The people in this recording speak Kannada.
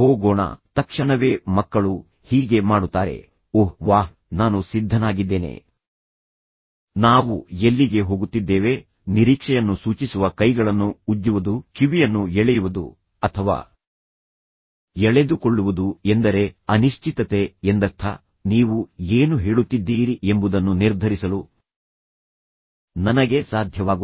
ಹೋಗೋಣ ತಕ್ಷಣವೇ ಮಕ್ಕಳು ಹೀಗೆ ಮಾಡುತ್ತಾರೆ ಓಹ್ ವಾಹ್ ನಾನು ಸಿದ್ಧನಾಗಿದ್ದೇನೆ ನಾವು ಎಲ್ಲಿಗೆ ಹೋಗುತ್ತಿದ್ದೇವೆ ನಿರೀಕ್ಷೆಯನ್ನು ಸೂಚಿಸುವ ಕೈಗಳನ್ನು ಉಜ್ಜುವುದು ಕಿವಿಯನ್ನು ಎಳೆಯುವುದು ಅಥವಾ ಎಳೆದುಕೊಳ್ಳುವುದು ಎಂದರೆ ಅನಿಶ್ಚಿತತೆ ಎಂದರ್ಥ ನೀವು ಏನು ಹೇಳುತ್ತಿದ್ದೀರಿ ಎಂಬುದನ್ನು ನಿರ್ಧರಿಸಲು ನನಗೆ ಸಾಧ್ಯವಾಗುತ್ತಿಲ್ಲ